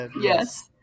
Yes